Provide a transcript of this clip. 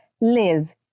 live